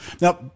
Now